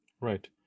right